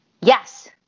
Yes